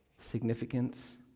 significance